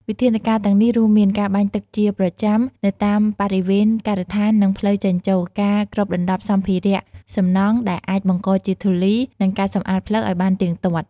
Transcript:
វិធានការទាំងនេះរួមមាន ការបាញ់ទឹកជាប្រចាំ នៅតាមបរិវេណការដ្ឋាននិងផ្លូវចេញចូល ការគ្របដណ្តប់សម្ភារៈសំណង់ដែលអាចបង្កជាធូលី និង ការសម្អាតផ្លូវឱ្យបានទៀងទាត់។